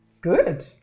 Good